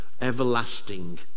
everlasting